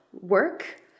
work